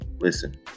listen